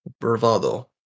Bravado